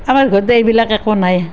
আমাৰ ঘৰতে এইবিলাক একো নাই